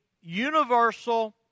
universal